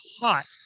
hot